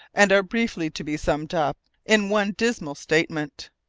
and briefly to be summed up in one dismal statement.